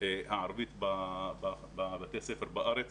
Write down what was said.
הערבית בבתי ספר בארץ.